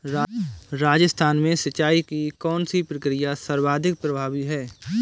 राजस्थान में सिंचाई की कौनसी प्रक्रिया सर्वाधिक प्रभावी है?